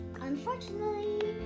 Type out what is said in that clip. Unfortunately